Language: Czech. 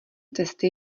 testy